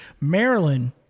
Maryland